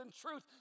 truth